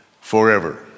forever